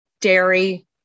dairy